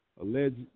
alleged